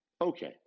Okay